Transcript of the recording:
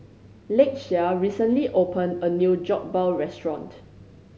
Lakeshia recently opened a new Jokbal restaurant